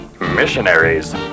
Missionaries